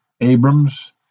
Abrams